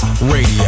Radio